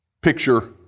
picture